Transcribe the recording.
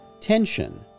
tension